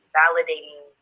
validating